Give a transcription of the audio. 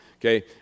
Okay